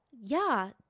Yeah